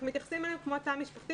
אנחנו מתייחסים אליו כמו אל תא משפחתי,